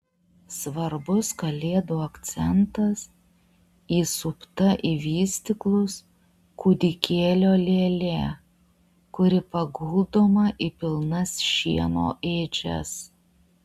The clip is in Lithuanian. svarbus kalėdų akcentas įsupta į vystyklus kūdikėlio lėlė kuri paguldoma į pilnas šieno ėdžias